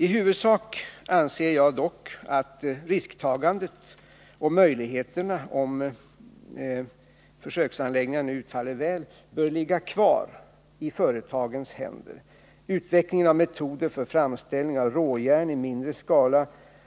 I huvudsak anser jag dock att risktagandet och möjligheterna, om försöksanläggningarna utfaller väl, bör ligga kvar i företagens händer. Utveckling av metoder för framställning av råjärn i mindre skala